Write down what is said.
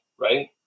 right